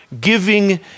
giving